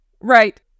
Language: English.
Right